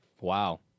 wow